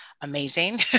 amazing